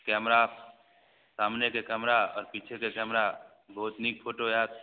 camera सामनेके camera आओर पिछेके कैमरा बहुत नीक फोटो आएत